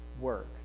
work